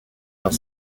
dans